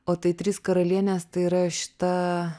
o tai trys karalienės tai yra šita